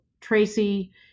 Tracy